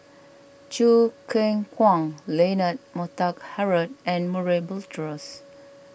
Choo Keng Kwang Leonard Montague Harrod and Murray Buttrose